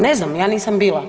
Ne znam, ja nisam bila.